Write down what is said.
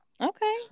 Okay